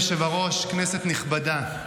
אדוני היושב-ראש, כנסת נכבדה,